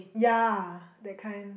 yeah that kind